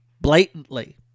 blatantly